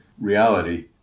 reality